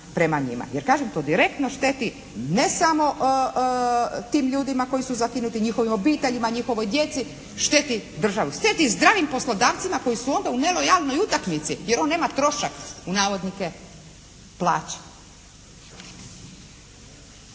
prema njima. Jer kažem, to direktno šteti ne samo tim ljudima koji su zakinuti, njihovim obiteljima, njihovoj djeci, šteti državu. Šteti zdravim poslodavcima koji su onda u nelojalnoj utakmici jer ona nema "trošak", u navodnike, plaće.